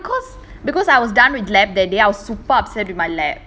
ya because because I was done with laboratory that day I was super upset with my laboratory